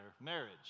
marriage